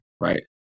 Right